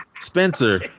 Spencer